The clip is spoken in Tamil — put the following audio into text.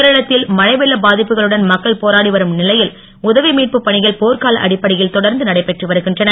கேரளத்தில் மழை வெள்ள பாதிப்புகளுடன் மக்கள் போராடி வரும் நிலையில் உதவி மீட்புப் பணிகள் போர்க்கால அடிப்படையில் தொடர்ந்து நடைபெற்று வருகின்றன